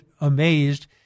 amazed